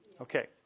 Okay